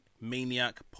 Maniac